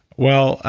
well,